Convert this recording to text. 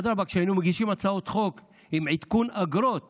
כשהיינו מגישים הצעות חוק עם עדכון אגרות